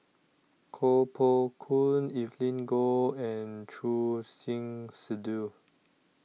Koh Poh Koon Evelyn Goh and Choor Singh Sidhu